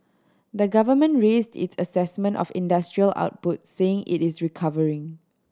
the government raised its assessment of industrial output saying it is recovering